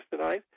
tonight